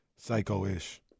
Psycho-ish